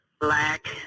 Black